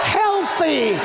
healthy